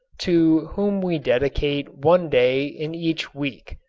to whom we dedicate one day in each week,